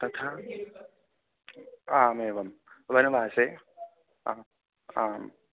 तथा आम् एवं वनवासे आम् आं